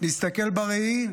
להסתכל בראי,